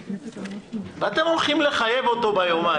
ואתם הולכים לחייב אותו ביומיים,